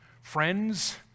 friends